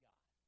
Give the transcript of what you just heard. God